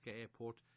Airport